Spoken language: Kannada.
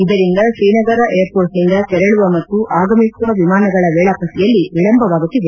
ಇದರಿಂದ ತ್ರೀನಗರ ಏರ್ಷೋರ್ಟ್ನಿಂದ ತೆರಳುವ ಮತ್ತು ಆಗಮಿಸುವ ವಿಮಾನಗಳ ವೇಳಾಪಟ್ಟಿಯಲ್ಲಿ ವಿಳಂಭವಾಗುತ್ತಿದೆ